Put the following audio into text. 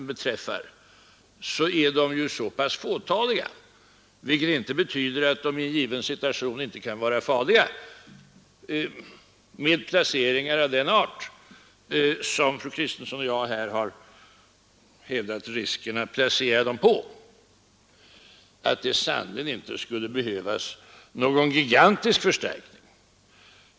beträffar, så är de så fåtaliga — vilket inte betyder att de inte i en given situation kan vara farliga på poster av den art som fru Kristensson och jag här talat om — att det sannerligen inte skulle behövas någon gigantisk förstärkning.